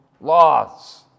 laws